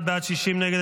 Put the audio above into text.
51 בעד, 60 נגד.